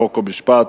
חוק ומשפט,